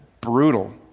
brutal